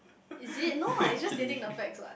is it no what it's just stating the facts what